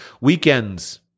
Weekends